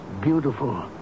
beautiful